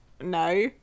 no